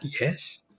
Yes